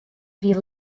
wie